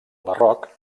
barroc